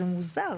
זה מוזר